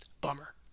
Bummer